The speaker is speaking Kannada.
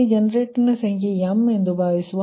ಇಲ್ಲಿ ಜನರೇಟರ್ ನ ಸಂಖ್ಯೆ m ಎಂದು ಭಾವಿಸುವ